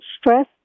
stress